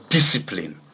Discipline